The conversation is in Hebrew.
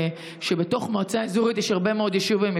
שבתוך מועצה אזורית יש הרבה מאוד יישובים,